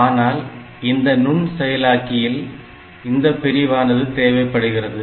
ஆனால் இந்த நுண் செயலாக்கியில் இந்தப் பிரிவானது தேவைப்படுகிறது